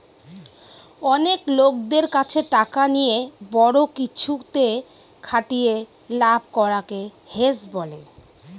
অনেক লোকদের কাছে টাকা নিয়ে বড়ো কিছুতে খাটিয়ে লাভ করাকে হেজ বলে